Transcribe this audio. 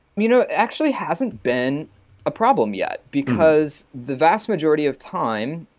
you know actually hasn't been a problem yet because the vast majority of time,